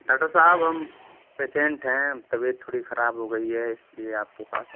doctor साहब हम patient हैं तबियत थोड़ी खराब हो गई है इसलिए आपके पास आए